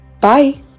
Bye